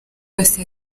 yose